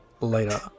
later